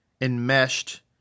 enmeshed